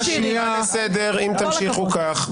שנייה --- אני אקרא לסדר אם תמשיכו כך.